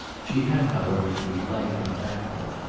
she had however to be light and tactful.